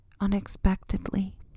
unexpectedly